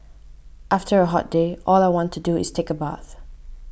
after a hot day all I want to do is take a bath